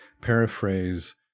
paraphrase